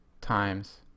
times